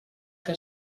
que